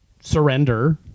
surrender